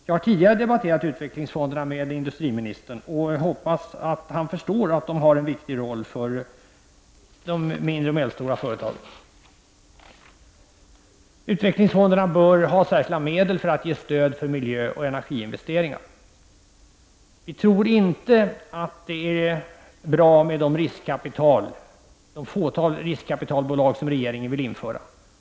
Jag har tidigare debatterat utvecklingsfonderna med industriministern, och jag hoppas att han förstår att de spelar en viktig roll för de mindre och medelstora företagen. Utvecklingsfonderna bör ha särskilda medel för att ge stöd för miljöoch energiinvesteringar. Vi tror inte att det är bra med de fåtal riskkapitalbolag som regeringen vill införa.